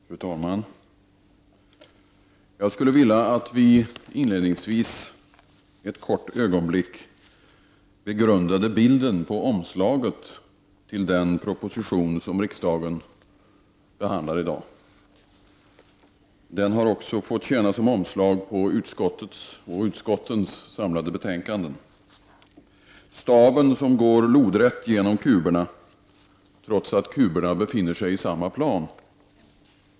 Fru talman! Jag skulle vilja att vi inledningsvis ett kort ögonblick begrundade bilden på omslaget till den proposition som riksdagen behandlar i dag. Den har också fått tjäna som omslag på utskottets och utskottens samlade betänkanden — staven som går lodrätt genom kuberna, trots att kuberna befinner sig i samma plan.